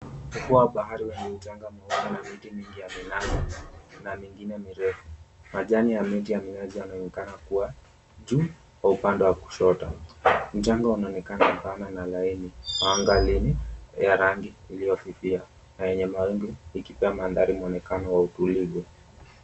Ufuo wa bahari una mchanga mingi na miti mingi ya minazi na mingine mirefu. Majani ya miti ya minazi yanaonekana kuwa juu kwa upande wa kushoto. Mchanga unaonekana mpana na laini, anga lenye la rangi iliyofifia na yenye mawingu ikipea mandhari mwonekano wa utulivu.